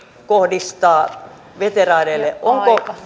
kohdistaa veteraaneille onko